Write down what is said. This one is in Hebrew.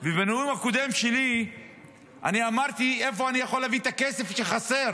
ובנאום הקודם שלי אני אמרתי מאיפה אני יכול להביא את הכסף שחסר,